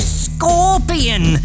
scorpion